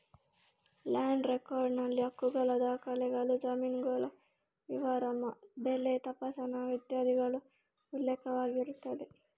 land record ನಲ್ಲಿ ಹಕ್ಕುಗಳ ದಾಖಲೆಗಳು, ಜಮೀನುಗಳ ವಿವರ, ಬೆಳೆ ತಪಾಸಣೆ ಇತ್ಯಾದಿಗಳು ಉಲ್ಲೇಖವಾಗಿರುತ್ತದೆ